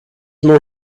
more